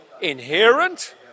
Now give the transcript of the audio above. inherent